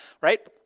right